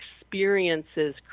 experiences